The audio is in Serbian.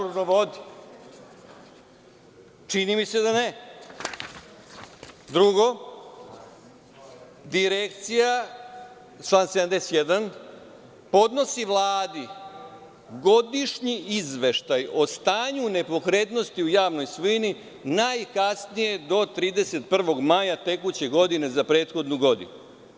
Drugo, direkcija, član 71, podnosi Vladi godišnji izveštaj o stanju nepokretnosti u javnoj svojini najkasnije do 31. maja tekuće godine za prethodnu godinu.